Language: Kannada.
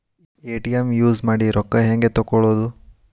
ಎ.ಟಿ.ಎಂ ಯೂಸ್ ಮಾಡಿ ರೊಕ್ಕ ಹೆಂಗೆ ತಕ್ಕೊಳೋದು?